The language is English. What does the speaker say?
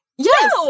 Yes